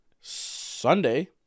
Sunday